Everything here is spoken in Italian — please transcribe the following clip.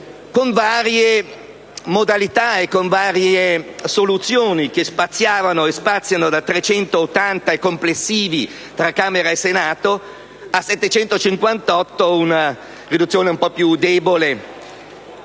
varie modalità e soluzioni, che spaziano da 380 membri complessivi, tra Camera e Senato, a 758 membri, con una riduzione un po' più debole.